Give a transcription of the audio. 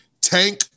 Tank